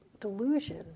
delusion